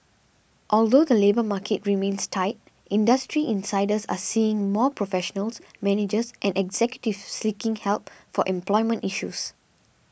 although the labour market remains tight industry insiders are seeing more professionals managers and executives sleeking help for employment issues